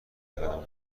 قدم